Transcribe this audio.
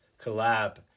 collab